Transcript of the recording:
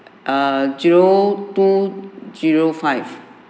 err zero two zero five